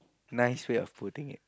nice way of putting it